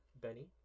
Benny